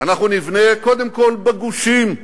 אנחנו נבנה קודם כול בגושים.